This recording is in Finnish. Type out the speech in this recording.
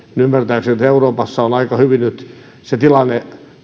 ymmärtääkseni euroopassa on aika hyvin nyt se tilanne